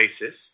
basis